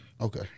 okay